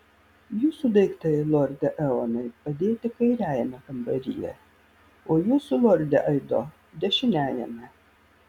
jūsų daiktai lorde eonai padėti kairiajame kambaryje o jūsų lorde aido dešiniajame